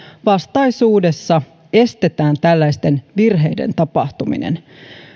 vastaisuudessa estetään tällaisten virheiden tapahtuminen